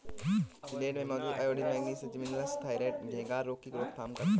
सिंघाड़े में मौजूद आयोडीन, मैग्नीज जैसे मिनरल्स थायरॉइड और घेंघा रोग की रोकथाम करता है